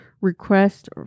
request